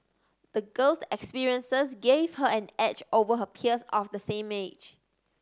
the girl's experiences gave her an edge over her peers of the same age